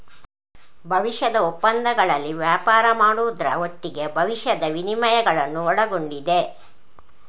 ಭವಿಷ್ಯದ ಒಪ್ಪಂದಗಳಲ್ಲಿ ವ್ಯಾಪಾರ ಮಾಡುದ್ರ ಒಟ್ಟಿಗೆ ಭವಿಷ್ಯದ ವಿನಿಮಯಗಳನ್ನ ಒಳಗೊಂಡಿದೆ